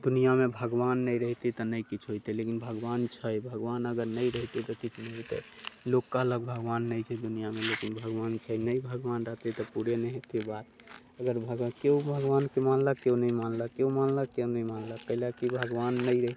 दुनिआमे भगवान नहि रहितै तऽ नहि किछु होइतै लेकिन भगवान छै भगवान अगर नहि रहितै तऽ किछु नहि होइते लोक कहलक भगवान नहि छै दुनिआँमे लेकिन भगवान छै नहि भगवान रहितै तऽ पूरे नहि हेतै बात अगर भग केओ भगवानके मानलक केओ नहि मानलक केओ मानलक केओ नहि मानलक कै लए की भगवान नहि अइ